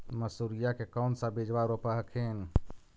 मसुरिया के कौन सा बिजबा रोप हखिन?